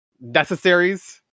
necessaries